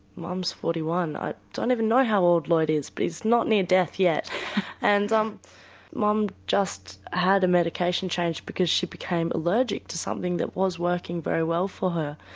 mum's forty one, i don't even know how old lloyd is but he's not near death yet and um mum just had a medication change because she became allergic to something that was working very well for her.